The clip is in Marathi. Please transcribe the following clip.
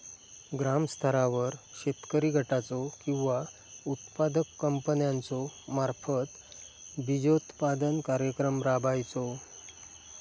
ग्रामस्तरावर शेतकरी गटाचो किंवा उत्पादक कंपन्याचो मार्फत बिजोत्पादन कार्यक्रम राबायचो?